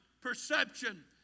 perception